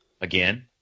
again